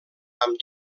amb